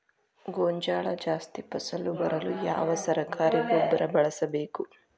ಗೋಂಜಾಳ ಜಾಸ್ತಿ ಫಸಲು ಬರಲು ಯಾವ ಸರಕಾರಿ ಗೊಬ್ಬರ ಬಳಸಬೇಕು?